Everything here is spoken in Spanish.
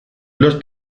los